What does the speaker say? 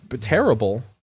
terrible